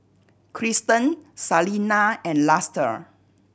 Kristen Salena and Luster